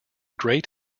great